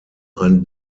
ein